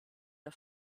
der